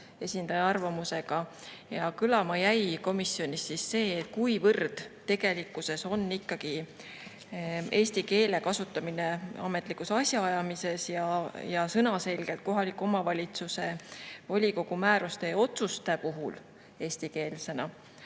esindaja arvamusega. Kõlama jäi see, et kuigi tegelikkuses on eesti keele kasutamine ametlikus asjaajamises ja sõnaselgelt kohaliku omavalitsuse volikogu määruste ja otsuste puhul eestikeelne,